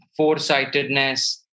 foresightedness